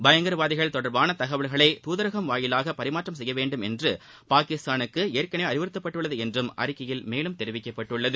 பயங்கரவாதிகள் தொடர்பான தகவல்களை தூதரகம் மூலமாக பரிமாற்றம் செய்ய வேண்டும் என பாகிஸ்தானுக்கு ஏற்கனவே அறிவுறுத்தப்பட்டுள்ளது என்றும் அறிக்கையில் தெரிவிக்கப்பட்டுள்ளது